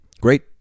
Great